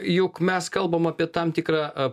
juk mes kalbam apie tam tikrą